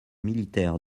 militaires